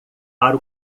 para